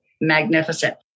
magnificent